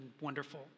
wonderful